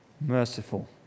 merciful